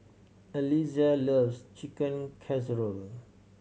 Eliza loves Chicken Casserole